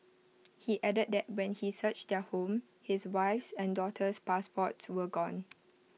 he added that when he searched their home his wife's and daughter's passports were gone